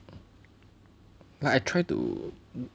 like I try to